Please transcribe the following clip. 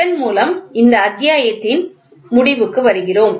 இதன் மூலம் இந்த அத்தியாயத்தின் முடிவுக்கு வருகிறோம்